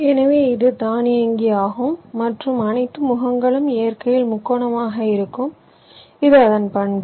எனவேஇது தானியங்கி ஆகும் மற்றும் அனைத்து முகங்களும் இயற்கையில் முக்கோணமாக இருக்கும் இது அதன் பண்பு